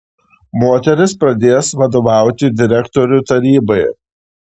moteris pradės vadovauti direktorių tarybai